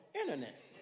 internet